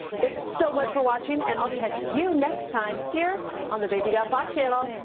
thanks so much for watching and i'll catch you next time here on the baby got bot channel.